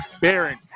Baron